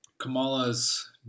Kamala's